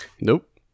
Nope